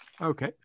okay